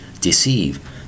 deceive